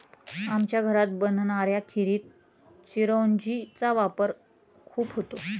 आमच्या घरात बनणाऱ्या खिरीत चिरौंजी चा वापर खूप होतो